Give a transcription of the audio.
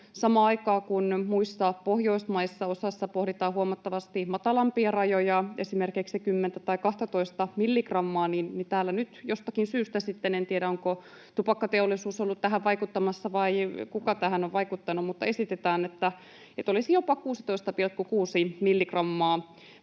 Samaan aikaan kun osassa muita Pohjoismaita pohditaan huomattavasti matalampia rajoja, esimerkiksi 10 tai 12 milligrammaa, niin täällä nyt jostakin syystä sitten — en tiedä, onko tupakkateollisuus ollut tähän vaikuttamassa vai kuka tähän on vaikuttanut — esitetään, että olisi jopa 16,6 milligrammaa